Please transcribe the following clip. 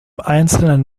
einzelnen